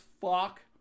fuck